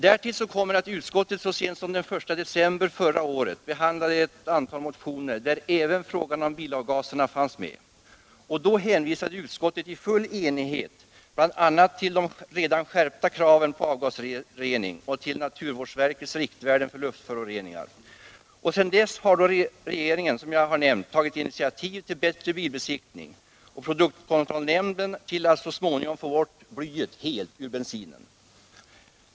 Därtill kommer att utskottet så sent som den 1 december förra året behandlade ett stort antal motioner, där även frågan om bilavgaserna fanns med. Då hänvisade utskottet i full enighet bl.a. till de redan skärpta kraven på avgasrening och till naturvårdsverkets riktvärden för luftföroreningar. Sedan dess har regeringen, som jag redan har nämnt, tagit initiativ till bättre bilbesiktning, och produktkontrollnämnden har tagit initiativ till att så småningom helt få bort blyet ur bensinen.